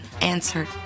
answered